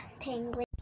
penguin